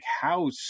house